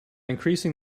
increasing